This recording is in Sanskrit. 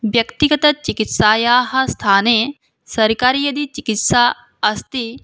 व्यक्तिगतचिकित्सायाः स्थाने सर्वकारीया यदि चिकित्सा अस्ति